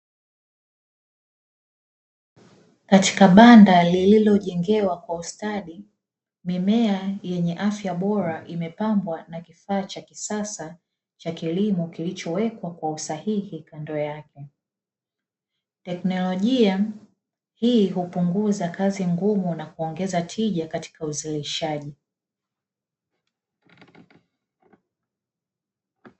Katika banda lililojengewa kwa ustadi mimea yenye afya bora imepambwa na kifaa cha kisasa cha kilimo kilichowekwa kwa usahihi kando yake, teknolojia hii hupunguza kazi ngumu na kuongeza tija katika uzalishaji.